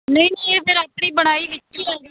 ਨਹੀਂ ਨਹੀਂ ਇਹ ਫਿਰ ਆਪਣੀ ਬਣਵਾਈ ਵਿੱਚ ਹੀ ਆ ਜਾਣੀ